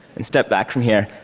and step back from here.